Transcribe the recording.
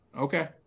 Okay